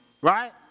Right